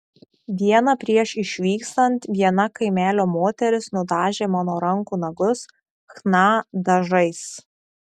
dieną prieš išvykstant viena kaimelio moteris nudažė mano rankų nagus chna dažais